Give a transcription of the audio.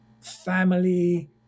family